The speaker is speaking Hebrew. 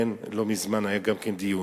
לא מזמן היה גם כן דיון,